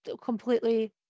completely